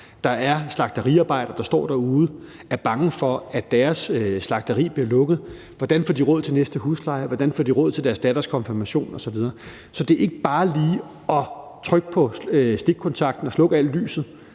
Der er slagteriarbejdere, der står derude og er bange for, at deres slagteri bliver lukket, og hvordan får de råd til næste husleje, hvordan får de råd til deres datters konfirmation osv.? Så det er ikke bare lige at trykke på stikkontakten og slukke alt lyset